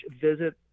visit